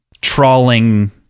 trawling